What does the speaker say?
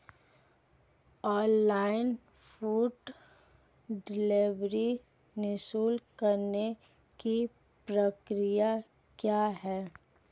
Online food delivery शुरू करने की प्रक्रिया क्या है?